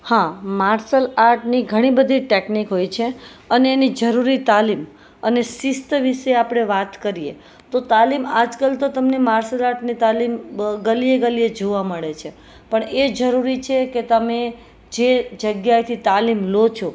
હા માર્શલ આર્ટની ઘણી બધી ટેકનિક હોય છે અને એની જરૂરી તાલીમ અને શિસ્ત વિશે આપણે વાત કરીએ તો તાલીમ આજ કાલ તો માર્શલ આર્ટની તાલીમ ગલીએ ગલીએ જોવા મળે છે પણ એ જરૂરી છે કે તમે જે જગ્યાએથી તાલીમ લો છો